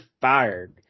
fired